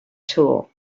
tool